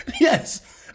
Yes